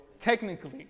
technically